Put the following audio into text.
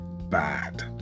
bad